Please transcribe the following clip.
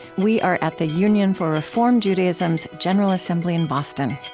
we are at the union for reform judaism's general assembly in boston